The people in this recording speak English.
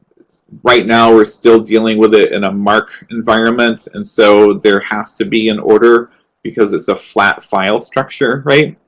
right now, we're still dealing with it in a marc environment, and so there has to be an order because it's a flat file structure, right?